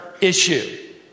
issue